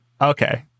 okay